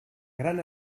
gran